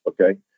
okay